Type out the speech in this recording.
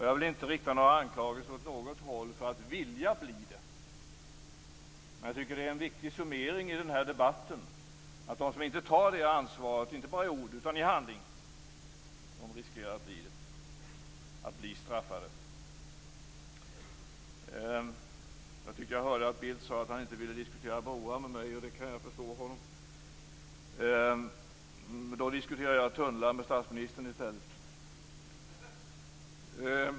Jag vill inte rikta anklagelser åt något håll för att vilja bli det, men det är en viktig summering i den här debatten att de som inte tar det ansvaret, inte bara i ord utan också i handling, riskerar att bli bestraffade. Jag tyckte att jag hörde att Bildt sade att han inte ville diskutera broar med mig, och jag kan förstå honom. Då diskuterar jag tunnlar med statsministern i stället.